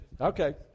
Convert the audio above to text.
Okay